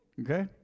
Okay